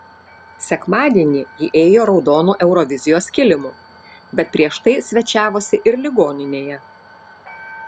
sekmadienį jie ėjo raudonu eurovizijos kilimu bet prieš tai svečiavosi ir ligoninėje